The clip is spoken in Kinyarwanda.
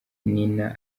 nina